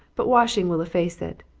but washing will efface it.